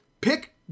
pick